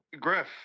Griff